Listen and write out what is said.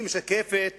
היא משקפת